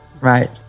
right